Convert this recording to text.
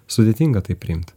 sudėtinga tai priimt